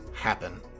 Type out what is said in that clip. happen